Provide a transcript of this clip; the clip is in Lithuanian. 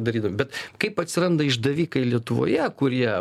darydami bet kaip atsiranda išdavikai lietuvoje kurie